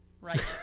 Right